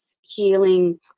healing